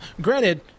Granted